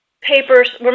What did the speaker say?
papers